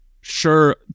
sure